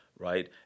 right